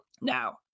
Now